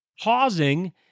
Pausing